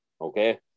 Okay